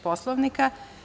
Poslovnika?